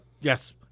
Yes